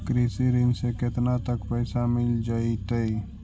कृषि ऋण से केतना तक पैसा मिल जइतै?